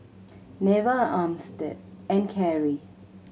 Neva Armstead and Keri